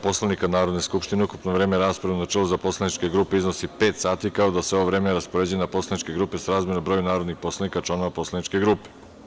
Poslovnika Narodne skupštine ukupno vreme rasprave u načelu za poslaničke grupe iznosi pet sati, kao i da se ovo vreme raspoređuje na poslaničke grupe srazmerno broju narodnih poslanika članova poslaničke grupe.